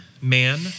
man